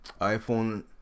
iPhone